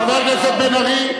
חבר הכנסת בן-ארי,